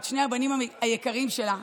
את שני הבנים היקרים שלה.